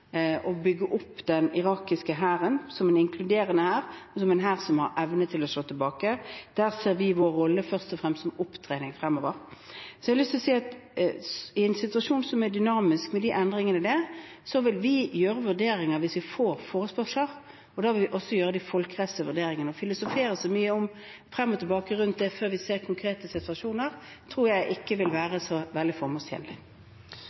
bygge opp den irakiske hæren som en inkluderende hær og som en hær som har evne til å slå tilbake. Der ser vi at vår rolle fremover først og fremst er opptrening. Jeg vil si at i en situasjon som er dynamisk med disse endringene, vil vi foreta vurderinger hvis vi får forespørsler, og da vil vi også foreta de folkerettslige vurderingene. Å filosofere så mye frem og tilbake rundt det før vi ser konkrete situasjoner, tror jeg ikke vil være så veldig formålstjenlig.